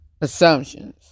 assumptions